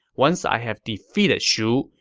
once i have defeated shu,